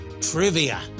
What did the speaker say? trivia